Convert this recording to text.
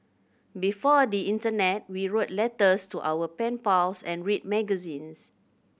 before the internet we wrote letters to our pen pals and read magazines